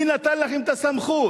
מי נתן לכם את הסמכות?